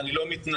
ואני לא מתנצל,